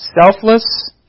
Selfless